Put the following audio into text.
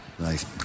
Nice